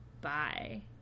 bye